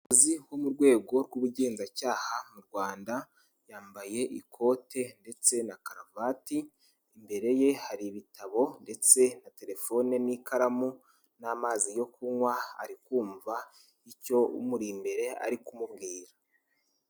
Umukozi wo mu rwego rw'ubugenzacyaha mu rwanda, yambaye ikote ndetse na karuvati, imbere ye hari ibitabo ndetse na telefone n'ikaramu n'amazi yo kunywa, arikumva icyo umuri imbere ari kumubwira.